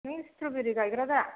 नों स्ट्र'बेरि गायग्रा दा